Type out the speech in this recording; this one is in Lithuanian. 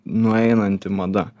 nueinanti mada